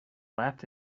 laughed